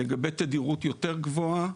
לגבי תדירות יותר גבוהה,